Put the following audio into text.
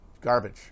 garbage